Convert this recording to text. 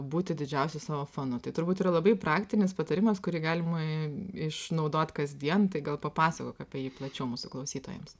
būti didžiausiu savo fanu tai turbūt yra labai praktinis patarimas kurį galima išnaudot kasdien tai gal papasakok apie jį plačiau mūsų klausytojams